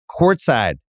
courtside